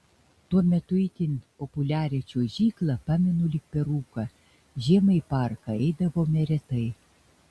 tuo metu itin populiarią čiuožyklą pamenu lyg per rūką žiemą į parką eidavome retai